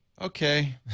Okay